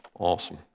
Awesome